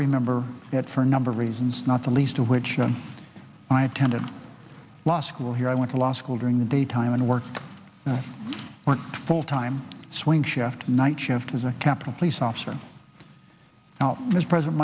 remember that for a number of reasons not the least of which i attended law school here i went to law school during the daytime and worked worked full time swing shift night shift as a capitol police officer now i was present